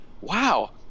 wow